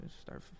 Start